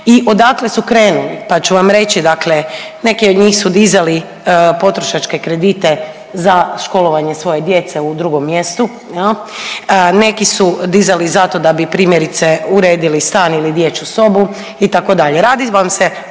i odakle su krenuli, pa ću vam reći. Dakle, neki od njih su dizali potrošačke kredite za školovanje svoje djece u drugom mjestu jel, neki su dizali zato da bi primjerice uredili stan ili dječju sobu itd. Radi vam se